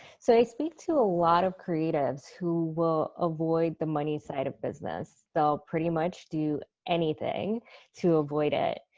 so i speak to a lot of creatives who will avoid the money side of business. they'll pretty much do anything to avoid it.